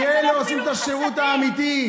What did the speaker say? כי אלה עושים את השירות האמיתי.